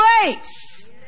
place